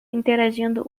interagindo